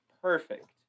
perfect